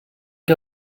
que